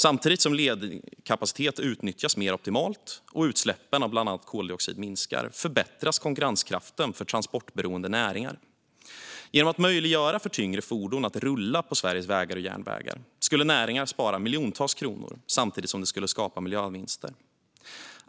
Samtidigt som ledig kapacitet utnyttjas mer optimalt och utsläppen av bland annat koldioxid minskar förbättras konkurrenskraften för transportberoende näringar. Genom att vi möjliggör för tyngre fordon att rulla på Sveriges vägar och järnvägar skulle näringar spara miljontals kronor samtidigt som det skulle skapa miljövinster.